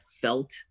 felt